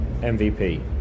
MVP